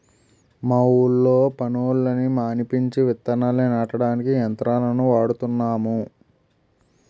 మా ఊళ్ళో పనోళ్ళని మానిపించి విత్తనాల్ని నాటడానికి యంత్రాలను వాడుతున్నాము